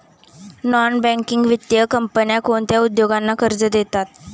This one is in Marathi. नॉन बँकिंग वित्तीय कंपन्या कोणत्या उद्योगांना कर्ज देतात?